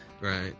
Right